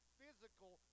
physical